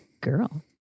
girl